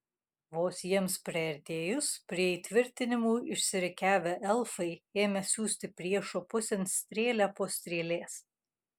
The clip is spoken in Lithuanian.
vos jiems priartėjus prie įtvirtinimų išsirikiavę elfai ėmė siųsti priešo pusėn strėlę po strėlės